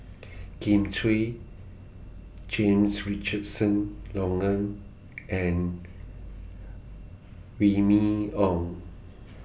Kin Chui James Richardson Logan and Remy Ong